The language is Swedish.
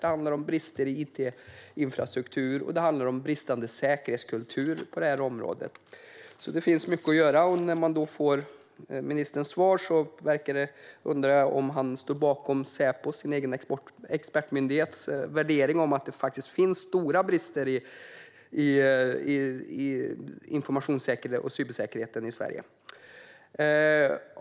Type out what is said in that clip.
Det handlar om brister i it-infrastruktur. Och det handlar om bristande säkerhetskultur på detta område. Det finns alltså mycket att göra. När det gäller ministerns svar undrar jag om han står bakom Säpos - hans egen expertmyndighet - värdering av att det faktiskt finns stora brister i informations och cybersäkerheten i Sverige. Fru talman!